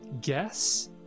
guess